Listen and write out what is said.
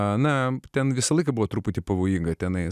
ana ten visą laiką buvo truputį pavojinga tenai